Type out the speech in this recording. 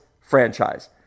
franchise